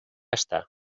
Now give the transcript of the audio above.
està